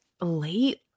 late